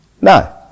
No